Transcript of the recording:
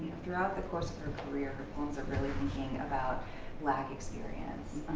throughout the course of her career, her poems are really thinking about black experience